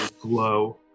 glow